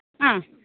ആ